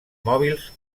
mòbils